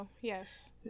Yes